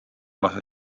lase